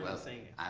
but saying.